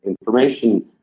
information